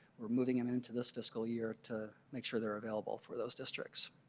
we're moving um it into this fiscal year to make sure they are available for those districts.